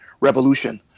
Revolution